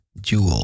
Jewel